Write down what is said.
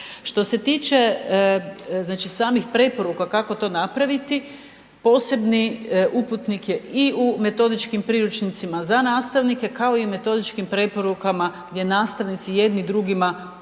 Što se tiče znači samih preporuka kako to napraviti, posebni uputnik je i u metodičkim priručnicima za nastavnike, kao i metodičkim preporukama gdje nastavnici jedni drugima